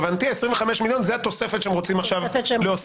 להבנתי 25,000,000 זה התוספת שהם רוצים עכשיו להוסיף.